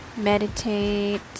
meditate